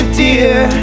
dear